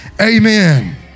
Amen